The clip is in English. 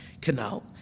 Canal